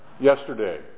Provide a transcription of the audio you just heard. yesterday